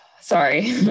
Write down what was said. sorry